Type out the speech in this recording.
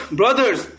brothers